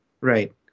Right